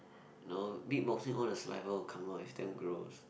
no beatboxing all the saliva will come out is damn gross